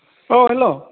अ hello